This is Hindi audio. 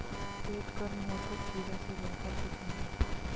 पेट गर्म हो तो खीरा से बेहतर कुछ नहीं